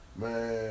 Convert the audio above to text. man